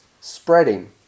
spreading